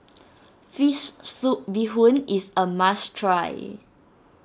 Fish Soup Bee Hoon is a must try